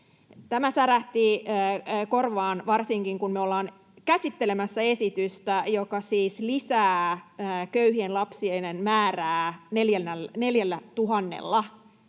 Tämä särähti korvaan, varsinkin kun me ollaan käsittelemässä esitystä, joka siis lisää köyhien lapsien määrää 4 000:lla.